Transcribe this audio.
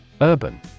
Urban